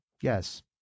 yes